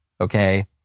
Okay